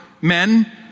men